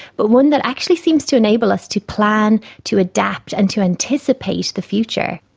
but one that actually seems to enable us to plan, to adapt and to anticipate the future.